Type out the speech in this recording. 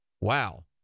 wow